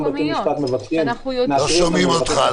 היום בתי משפט מאשרים לנו לבקש תצהירים,